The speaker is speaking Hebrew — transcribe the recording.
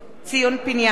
ציון פיניאן,